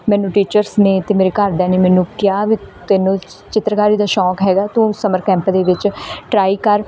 ਮੈਨੂੰ ਟੀਚਰਸ ਨੇ ਅਤੇ ਮੇਰੇ ਘਰਦਿਆਂ ਨੇ ਮੈਨੂੰ ਕਿਹਾ ਵੀ ਤੈਨੂੰ ਚਿੱਤਰਕਾਰੀ ਦਾ ਸ਼ੌਂਕ ਹੈਗਾ ਤੂੰ ਸਮਰ ਕੈਂਪ ਦੇ ਵਿੱਚ ਟਰਾਈ ਕਰ